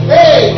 Hey